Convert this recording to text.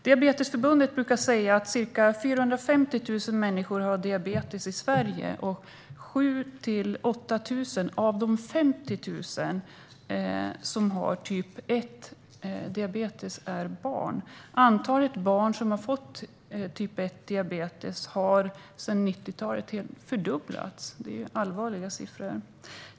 Diabetesförbundet brukar säga att ca 450 000 människor i Sverige har diabetes och att 7 000-8 000 av de 50 000 som har diabetes typ 1 är barn. Antalet barn med diabetes typ 1 har fördubblats sedan 1990-talet. Det är allvarliga siffror.